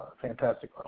fantastic